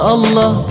Allah